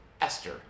Esther